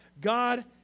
God